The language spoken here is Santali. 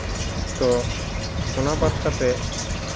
ᱛᱚ ᱚᱱᱟ ᱵᱟᱫᱽ ᱠᱟᱛᱮᱫ